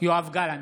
יואב גלנט,